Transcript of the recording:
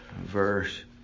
verse